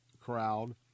crowd